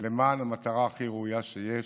למען המטרה הכי ראויה שיש,